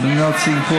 וכן במדינת סינגפור.